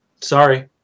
Sorry